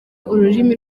ururimi